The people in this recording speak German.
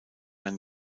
ein